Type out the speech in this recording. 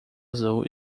azul